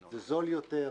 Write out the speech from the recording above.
זה זול יותר,